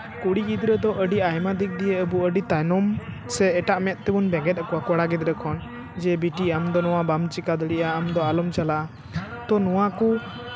ᱠᱩᱲᱤ ᱜᱤᱫᱽᱨᱟᱹ ᱫᱚ ᱟᱹᱰᱤ ᱟᱭᱢᱟ ᱫᱤᱠ ᱫᱤᱭᱮ ᱟᱵᱚ ᱟᱹᱰᱤ ᱛᱟᱭᱱᱚᱢ ᱥᱮ ᱮᱴᱟᱜ ᱢᱮᱫ ᱛᱮᱵᱚᱱ ᱵᱮᱸᱜᱮᱫ ᱟᱠᱚᱣᱟ ᱠᱚᱲᱟ ᱜᱤᱫᱽᱨᱟᱹ ᱠᱷᱚᱱ ᱡᱮ ᱵᱤᱴᱤ ᱟᱢᱫᱚ ᱱᱚᱣᱟ ᱵᱟᱢ ᱪᱤᱠᱟᱹ ᱫᱟᱲᱮᱭᱟᱜ ᱟᱢ ᱫᱚ ᱟᱞᱚᱢ ᱪᱟᱞᱟᱜᱼᱟ ᱛᱚ ᱱᱚᱣᱟ ᱠᱚ